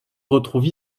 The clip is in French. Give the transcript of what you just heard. retrouve